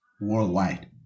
worldwide